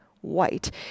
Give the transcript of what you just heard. white